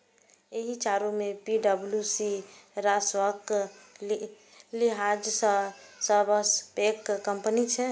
एहि चारू मे पी.डब्ल्यू.सी राजस्वक लिहाज सं सबसं पैघ कंपनी छै